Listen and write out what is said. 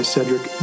Cedric